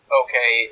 okay